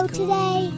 today